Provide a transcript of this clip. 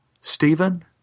Stephen